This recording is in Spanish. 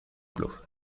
club